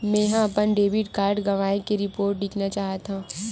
मेंहा अपन debit card गवाए के रिपोर्ट लिखना चाहत हव